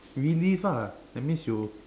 relive ah that means you